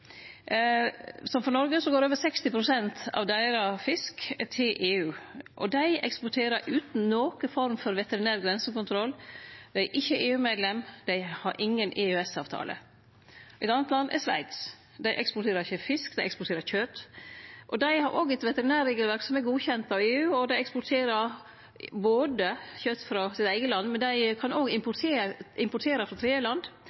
Som for Noreg går over 60 pst. av deira fisk til EU, og dei eksporterer utan noka form for veterinær grensekontroll. Dei er ikkje EU-medlem, dei har ingen EØS-avtale. Eit anna land er Sveits. Dei eksporterer ikkje fisk, dei eksporterer kjøt. Dei har òg eit veterinærregelverk som er godkjent av EU. Dei eksporterer kjøt frå sitt eige land, men dei kan òg importere frå